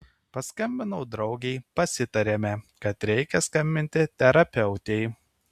paskambinau draugei pasitarėme kad reikia skambinti terapeutei